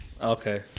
Okay